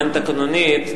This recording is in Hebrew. תקנונית,